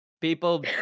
People